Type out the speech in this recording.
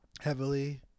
Heavily